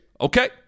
Okay